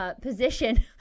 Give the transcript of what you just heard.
position